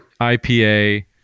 IPA